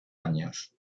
años